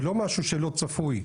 זה לא משהו שזה לא צפוי.